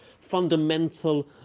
fundamental